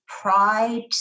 pride